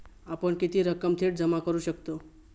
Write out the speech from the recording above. आपण किती रक्कम थेट जमा करू शकतव?